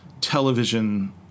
television